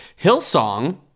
Hillsong